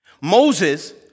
Moses